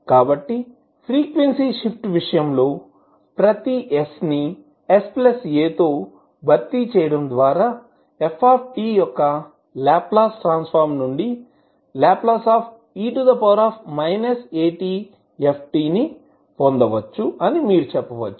కాబట్టి frequency shift విషయంలో ప్రతి s నిsa తో భర్తీ చేయడం ద్వారా fయొక్క లాప్లాస్ ట్రాన్సఫర్మ్ నుండి Le atf పొందవచ్చు అని మీరు చెప్పవచ్చు